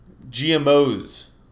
gmos